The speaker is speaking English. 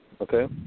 Okay